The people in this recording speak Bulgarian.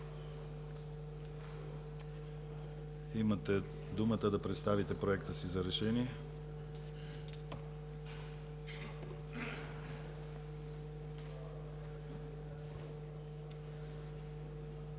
Имате думата да представите Проекта си за решение.